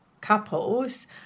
couples